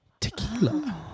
tequila